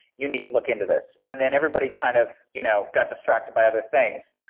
you need to look into this, and then everybody kind of you know got distracted by other things.